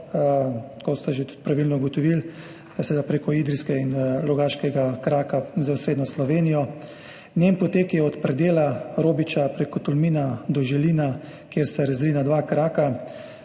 kot ste že tudi pravilno ugotovili, prek idrijskega in rogaškega kraka z osrednjo Slovenijo. Njen potek je od predela Robiča preko Tolmina do Želina, kjer se razdeli na dva kraka,